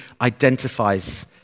identifies